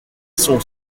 sont